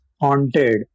Haunted